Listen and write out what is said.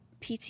PT